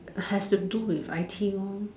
have to do with I_T one